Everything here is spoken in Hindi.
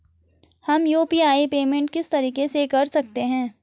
हम यु.पी.आई पेमेंट किस तरीके से कर सकते हैं?